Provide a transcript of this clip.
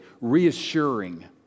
reassuring